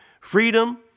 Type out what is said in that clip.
Freedom